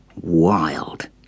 wild